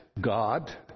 God